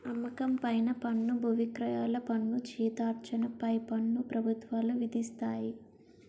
అమ్మకం పైన పన్ను బువిక్రయాల పన్ను జీతార్జన పై పన్ను ప్రభుత్వాలు విధిస్తాయి